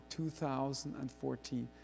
2014